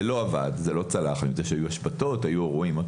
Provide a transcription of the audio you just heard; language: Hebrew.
זה לא עבד ולא צלח, היו השבתות ואירועים.